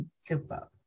Super